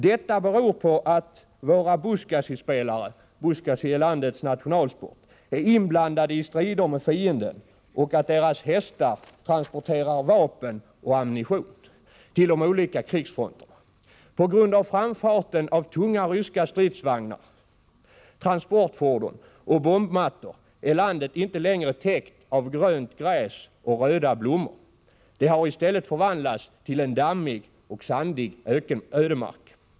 Detta beror på att våra buzkaskispelare — buzkaski är landets nationalsport — är inblandade i strider med fienden och att deras hästar transporterar vapen och ammunition till de olika krigsfronterna. På grund av framfarten av tunga ryska stridsvagnar, transportfordon och bombmattor är landet inte längre täckt av grönt gräs och röda blommor. Det har i stället förvandlats till en dammig och sandig ödemark.